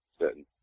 Certain